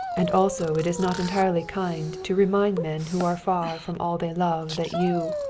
and also it is not entirely kind to remind men who are far from all they love that you